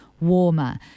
warmer